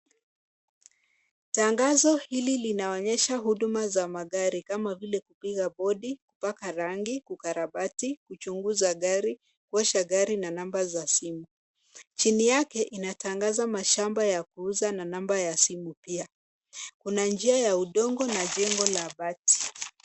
Tangazo hili linaonyesha huduma za magari kama vile kupiga body ,kupaka rangi, kukarabati, kuchunguza gari, kuosha fari na namba za simu. Chini yake inatangaza mashamba ya kuuza na namba ya simu pia. Kuna njia ya udongo na jengo la bati.